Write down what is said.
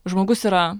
žmogus yra